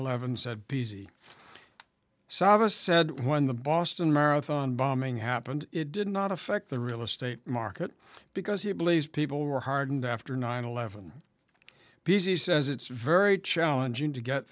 c saba said when the boston marathon bombing happened it did not affect the real estate market because he believes people were hardened after nine eleven b z says it's very challenging to get